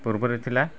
ପୂର୍ବରେ ଥିଲା